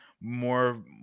more